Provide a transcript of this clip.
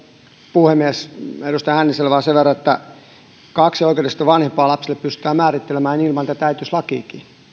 puhemies edustaja hänniselle vain sen verran että kaksi oikeudellista vanhempaa lapselle pystytään määrittelemään ilman tätä äitiyslakiakin